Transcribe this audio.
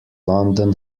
london